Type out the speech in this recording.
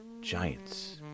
Giants